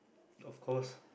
of course